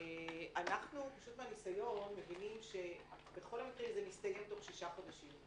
אנחנו מבינים מהניסיון שבכל מקרה זה מסתיים תוך שישה חודשים.